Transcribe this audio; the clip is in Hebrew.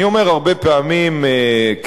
אני אומר הרבה פעמים כמשל,